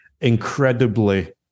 incredibly